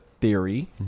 theory